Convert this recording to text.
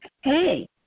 Hey